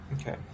Okay